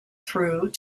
through